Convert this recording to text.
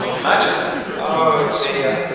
imagine oh dear